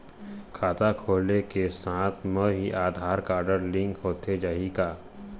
खाता खोले के साथ म ही आधार कारड लिंक होथे जाही की?